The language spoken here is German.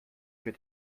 wir